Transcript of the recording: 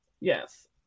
Yes